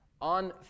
on